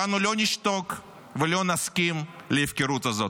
אנו לא נשתוק ולא נסכים להפקרות הזאת.